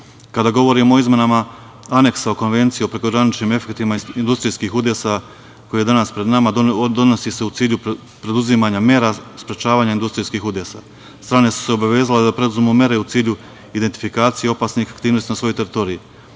govorimo o izmenama Aneksa o Konvenciji o prekograničnim efektima industrijskih udesa koji je danas pred nama donosi se u cilju preduzimanja mera sprečavanja industrijskih udesa. Strane su se obavezale da preduzmu mere u cilju identifikacije opasnih aktivnosti na svojoj teritoriji.